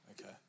okay